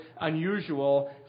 unusual